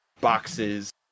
boxes